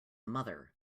mother